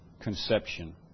conception